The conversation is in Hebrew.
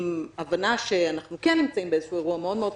עם הבנה שאנחנו כן נמצאים באיזה שהוא אירוע מאוד מאוד חשוב,